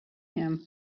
him